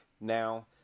now